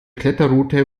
kletterroute